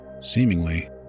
Seemingly